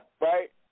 Right